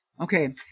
Okay